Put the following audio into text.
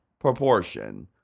proportion